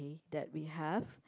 that we have